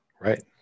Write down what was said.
Right